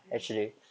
mm